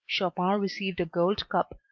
chopin received a gold cup,